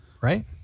right